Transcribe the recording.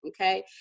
okay